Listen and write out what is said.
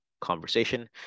conversation